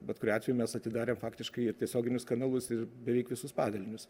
bet kuriuo atveju mes atidarėm faktiškai ir tiesioginius kanalus ir beveik visus padalinius